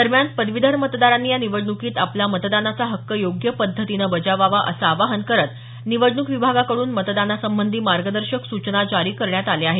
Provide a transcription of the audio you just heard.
दरम्यान पदवीधर मतदारांनी या निवडण्कीत आपला मतदानाचा हक्क योग्य पद्धतीनं बजवावा असं आवाहन करत निवडणूक विभागाकडून मतदानासंबंधी मार्गदर्शक सूचना जारी करण्यात आल्या आहेत